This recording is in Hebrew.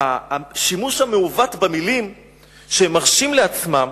השימוש המעוות במלים שהם מרשים לעצמם